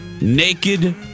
naked